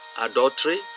adultery